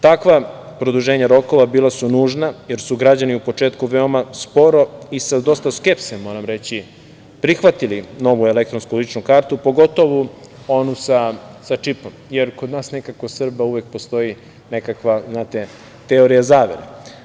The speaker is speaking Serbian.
Takva produženja rokova bila su nužna, jer su građani na početku veoma sporo i sa dosta skepse, moram vam reći, prihvatili novu elektronsku ličnu kartu, pogotovo onu sa čipom, jer kod nas Srba nekako uvek postoji nekakva teorija zavere.